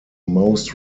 most